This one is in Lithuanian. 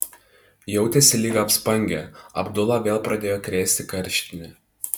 jautėsi lyg apspangę abdulą vėl pradėjo krėsti karštinė